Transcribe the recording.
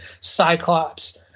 Cyclops